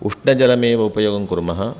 उष्णजलमेव उपयोगं कुर्मः